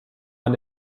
man